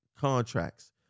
contracts